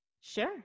Sure